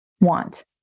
want